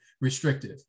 restrictive